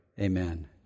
Amen